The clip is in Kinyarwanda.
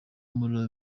mula